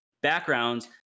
backgrounds